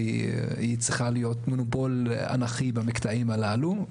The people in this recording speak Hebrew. והיא צריכה להיות מונופול אנכי במקטעים הללו.